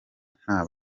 nta